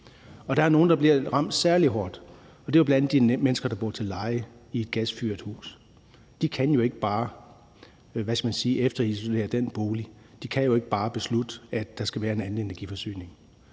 af. Der er nogle, der bliver ramt særlig hårdt. Det er jo bl.a. de mennesker, der bor til leje i et gasfyret hus. De kan jo ikke bare efterisolere den bolig.